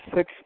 Six